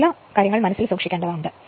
ചില ബന്ധങ്ങൾ മനസ്സിൽ സൂക്ഷിക്കേണ്ടവ ഇവയാണ്